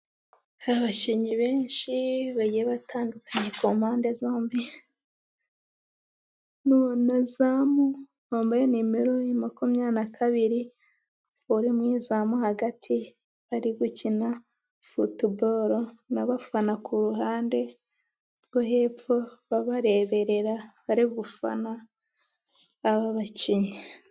Abakinnyi benshi bagiye batandukanye ku mpande zombi, na zamu wambaye numero makumyabiri, uri mu izamu. Hagati bari gukina futuboro n'abafana ku ruhande rwo hepfo babareberera bari gufana aba bakinnyi.